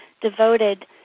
devoted